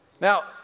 Now